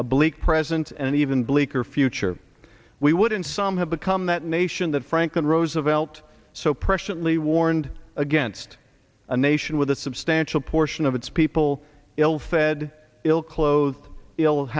bleak present and even bleaker future we would in some have become that nation that franklin roosevelt so preciously warned against a nation with a substantial portion of its people ill fed ill clothed ill